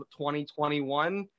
2021